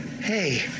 hey